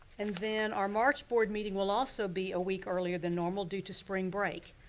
and then our march board meeting will also be a week earlier than normal due to spring break.